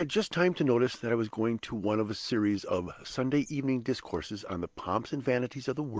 i had just time to notice that i was going to one of a series of sunday evening discourses on the pomps and vanities of the world,